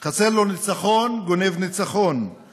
חסר לו ניצחון גונב ניצחון/